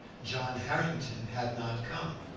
john harrington had not come,